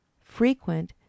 Frequent